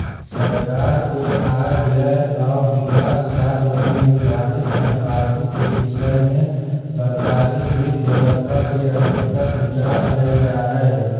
सरकार के आय व्यय आउ विकास कार्य लगी निर्धारित धनराशि के विषय में सरकारी वित्त व्यवस्था के अंतर्गत विचार कैल जा हइ